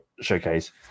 showcase